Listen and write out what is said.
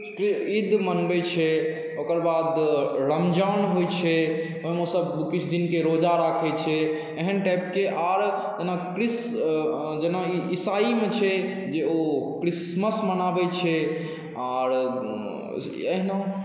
कोइ ईद मनबै छै ओकर बाद रमजान होइ छै ओहिमे ओसभ किछु दिनके रोजा राखै छै एहन टाइपके आओर जेना क्रिस जेना ईसाईमे छै जे ओ क्रिसमस मनाबै छै आओर अहिना